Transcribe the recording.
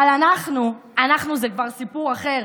אבל אנחנו, אנחנו זה כבר סיפור אחר.